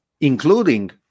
including